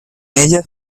ellas